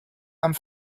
and